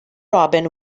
robin